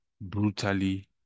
brutally